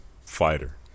fighter